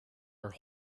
are